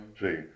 See